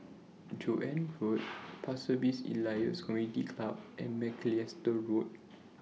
Joan Road Pasir Ris Elias Community Club and Macalister Road